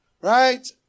Right